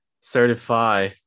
Certify